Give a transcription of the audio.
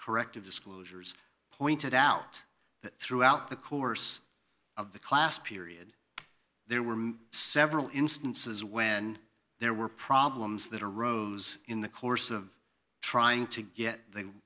corrective disclosures pointed out that throughout the course of the class period there were several instances when there were problems that arose in the course of trying to get the